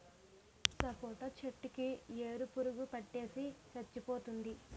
సపోటా చెట్టు కి ఏరు పురుగు పట్టేసి సచ్చిపోయింది